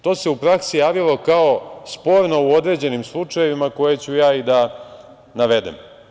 To se u praksi javilo kao sporno u određenim slučajevima koje ću ja i da navedem.